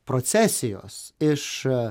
procesijos iš